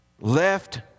left